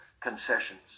concessions